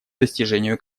достижению